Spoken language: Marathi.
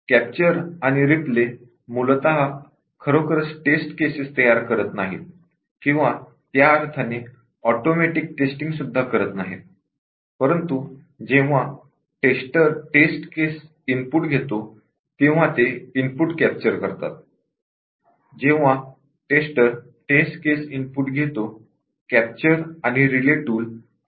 कॅप्चर आणि रीप्ले टूल्स मूलतः टेस्ट केसेस तयार करत नाहीत किंवा त्या अर्थाने ऑटोमेटिक टेस्टींग सुद्धा करत नाहीत परंतु जेव्हा टेस्टर टेस्ट केस इनपुट घेतो कॅप्चर आणि रीप्ले टूल टेस्ट इनपुट आणि निकाल कॅप्चर करतात